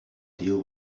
deal